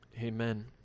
Amen